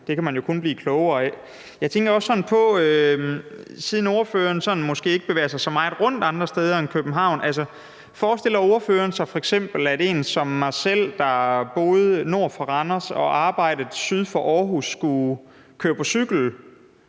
Det kan man jo kun blive klogere af. Siden ordføreren måske ikke bevæger sig så meget rundt andre steder end i København, forestiller ordføreren sig, at f.eks. en som mig selv, der boede nord for Randers og arbejdede syd for Aarhus, skulle køre på cykel